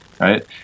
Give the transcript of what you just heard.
right